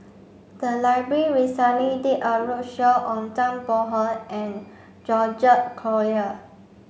the library recently did a roadshow on Zhang Bohe and George Collyer